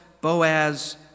Boaz